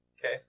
Okay